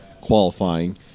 qualifying